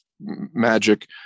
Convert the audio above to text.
magic